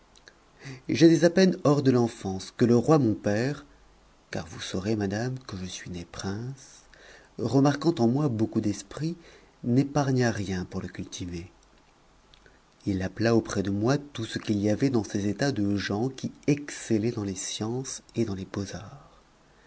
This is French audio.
j'étais à peine hors de l'enfance que le roi mon père car vous saurez madame que je suis né prince remarquant en moi beaucoup d'esprit n'épargna rien pour le cultiver il appela auprès de moi tout ce qu'il y avait dans ses états de gens qui excellaient dans les sciences et dans les beaux-arts